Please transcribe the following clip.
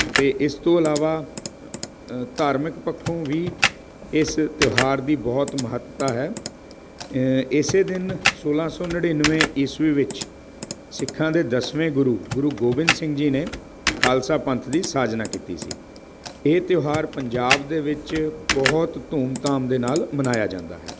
ਅਤੇ ਇਸ ਤੋਂ ਇਲਾਵਾ ਧਾਰਮਿਕ ਪੱਖੋਂ ਵੀ ਇਸ ਤਿਉਹਾਰ ਦੀ ਬਹੁਤ ਮਹੱਤਤਾ ਹੈ ਇਸੇ ਦਿਨ ਸੋਲਾਂ ਸੌ ਨੜਿੱਨਵੇ ਈਸਵੀ ਵਿੱਚ ਸਿੱਖਾਂ ਦੇ ਦਸਵੇਂ ਗੁਰੂ ਗੁਰੂ ਗੋਬਿੰਦ ਸਿੰਘ ਜੀ ਨੇ ਖਾਲਸਾ ਪੰਥ ਦੀ ਸਾਜਨਾ ਕੀਤੀ ਸੀ ਇਹ ਤਿਉਹਾਰ ਪੰਜਾਬ ਦੇ ਵਿੱਚ ਬਹੁਤ ਧੂਮ ਧਾਮ ਦੇ ਨਾਲ ਮਨਾਇਆ ਜਾਂਦਾ ਹੈ